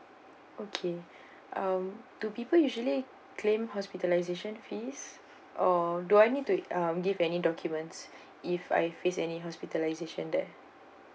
okay um do people usually claim hospitalization fees or do I need to um give any documents if I face any hospitalization there